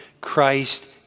Christ